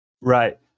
Right